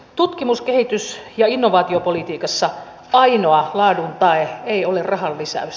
tutkimus kehitys ja innovaatiopolitiikassa ainoa laadun tae ei ole rahan lisäys